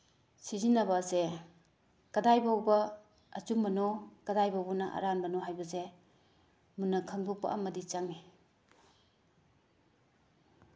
ꯁꯤꯖꯤꯟꯅꯕ ꯑꯁꯦ ꯀꯗꯥꯏ ꯐꯥꯎꯕ ꯑꯆꯨꯝꯕꯅꯣ ꯀꯗꯥꯏ ꯐꯥꯎꯕꯅ ꯑꯔꯥꯟꯕꯅꯣ ꯍꯥꯏꯕꯁꯦ ꯃꯨꯟꯅ ꯈꯪꯗꯣꯛꯄ ꯑꯃꯗꯤ ꯆꯪꯉꯤ